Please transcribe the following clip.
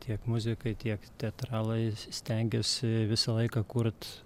tiek muzikai tiek teatralai stengiuosi visą laiką kurt